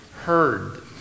heard